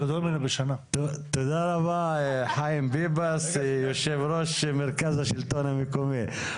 תודה רבה חיים ביבס, יושב ראש מרכז השלטון המקומי.